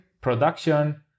production